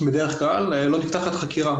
בדרך כלל לא נפתחת חקירה,